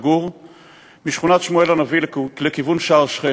גור משכונת שמואל הנביא לכיוון שער שכם.